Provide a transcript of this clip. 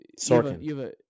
Sorkin